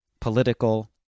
political